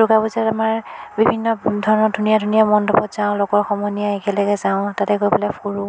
দুৰ্গা পূজাত আমাৰ বিভিন্ন ধৰণৰ ধুনীয়া ধুনীয়া মণ্ডপত যাওঁ লগৰ সমনীয়াই একেলগে যাওঁ তাতে গৈ পেলাই ফুৰোঁ